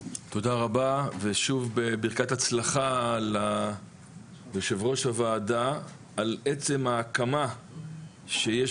תודה רבה ושוב בברכת הצלחה ליושב ראש הוועדה על עצם ההקמה שיש